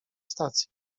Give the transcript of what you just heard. stacji